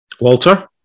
Walter